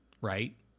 right